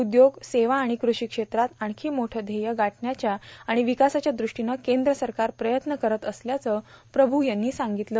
उदयोग सेवा आणि कृषी क्षेत्रात आणखी मोठं ध्येयं गाठण्याच्या आणि विकासाच्या दृष्टीनं केंद्र सरकार प्रयत्न करत असल्याचं प्रभू यांनी सांगितलं